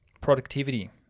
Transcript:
productivity